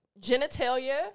genitalia